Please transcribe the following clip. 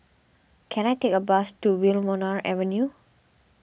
can I take a bus to Wilmonar Avenue